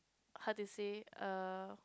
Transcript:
how to say err